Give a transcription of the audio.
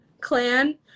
clan